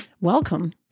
Welcome